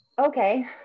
okay